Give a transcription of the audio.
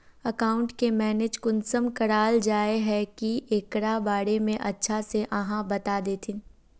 Account के manage कुंसम कराल जाय है की एकरा बारे में अच्छा से आहाँ बता देतहिन?